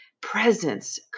presence